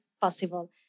possible